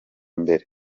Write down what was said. mbere